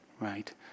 Right